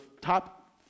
top